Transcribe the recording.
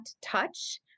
touch